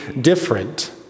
different